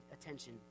attention